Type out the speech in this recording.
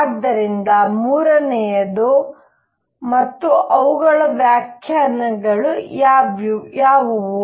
ಆದ್ದರಿಂದ ಮೂರನೆಯದು ಮತ್ತು ಅವುಗಳ ವ್ಯಾಖ್ಯಾನಗಳು ಯಾವುವು